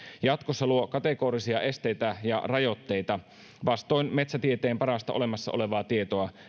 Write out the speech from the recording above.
jatkossa luo kategorisia esteitä ja rajoitteita metsänhoidolle vastoin metsätieteen parasta olemassa olevaa tietoa